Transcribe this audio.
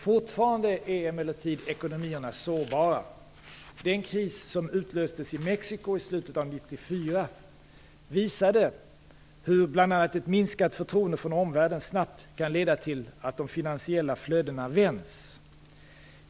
Fortfarande är emellertid ekonomierna sårbara. Den kris som utlöstes i Mexiko i slutet av 1994 visade bl.a. hur ett minskat förtroende från omvärlden snabbt kan leda till att de finansiella flödena vänds.